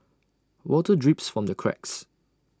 water drips from the cracks